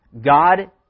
God